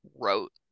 wrote